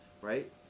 right